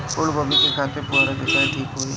फूल गोभी के खेती में फुहारा सिंचाई ठीक होई?